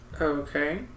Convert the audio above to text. Okay